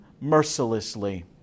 mercilessly